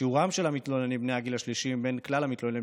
שיעורם של המתלוננים בני הגיל השלישי מבין כלל המתלוננים